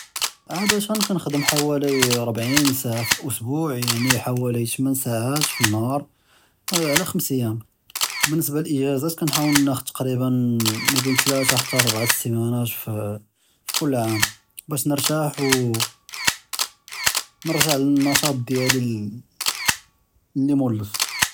לְעַאדַה כּנְחַדֶם חֲוָאלִי רְבַעִין סַעַה פִּיסְבוּעַ יַעְנִי חֲוָאלִי תְּמֶן סְעָאוֹת פִּ פַלְנהַאר עַלַא חְ'מְס אַיָּאמ בִּנְסְבַּה לִיַא נְخּוּד תַקרִיבַּא בֵּין תְּלַאת רְבַע סִימָאנַאת כֹּל עָאם בַּאש נְרְתַּاح ו נְרַגְ'ע נַשְׁטַא דִיַאלִי לְמוּלֵף.